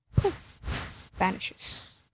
vanishes